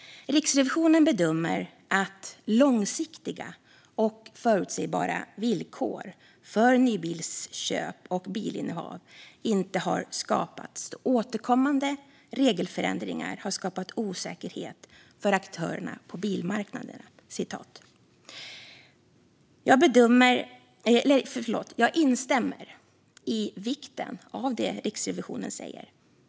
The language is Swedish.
Riksrevisionen bedömer att långsiktiga och förutsägbara villkor för nybilsköp och bilinnehav inte har skapats då återkommande regelförändringar har skapat osäkerhet för aktörerna på bilmarknaden. Jag instämmer i vikten av det Riksrevisionen säger.